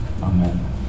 amen